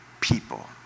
people